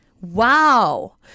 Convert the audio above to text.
Wow